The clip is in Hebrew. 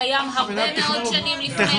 הוא קיים הרבה מאוד שנים לפני כן.